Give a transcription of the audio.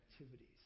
activities